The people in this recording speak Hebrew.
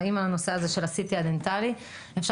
האם על הנושא הזה של ה-CT הדנטלי אפשר